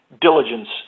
diligence